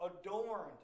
Adorned